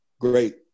great